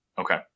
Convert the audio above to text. okay